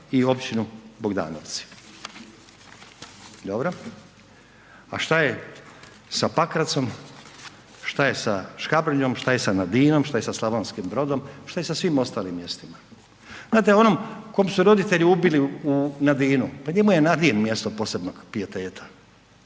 i Općinu Bogdanovci“, dobro. A šta je sa Pakracom, šta je sa Škabrnjom, šta je sa Nadinom, šta je sa Slavonskim Brodom, šta je sa svim ostalim mjestima? Znate onom kom su roditelje ubili u Nadinu pa njemu je Nadin mjesto posebnog pijeteta.